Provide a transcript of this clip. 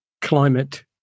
climate